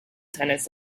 tennis